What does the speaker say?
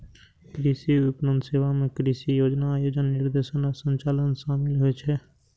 कृषि विपणन सेवा मे कृषि योजना, आयोजन, निर्देशन आ संचालन शामिल होइ छै